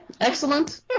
excellent